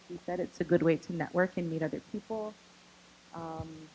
we said it's a good way to network and meet other people